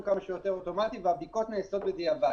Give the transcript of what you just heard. יהיה כמה שיותר אוטומטי והבדיקות נעשות בדיעבד.